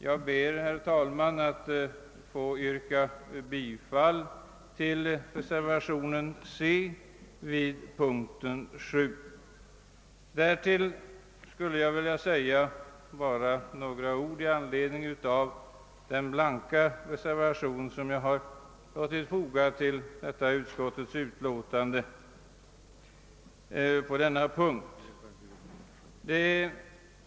Jag ber, herr talman, att få yrka bifall till reservationen C1 vid punkten 7. Vidare vill jag säga några ord i anledning av den blanka reservation som jag fogat till utskottets utlåtande vid punkten 7.